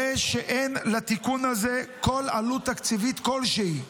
הרי שאין לתיקון הזה כל עלות תקציבית כלשהי.